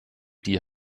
die